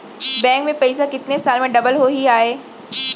Bank में पइसा कितने साल में डबल होही आय?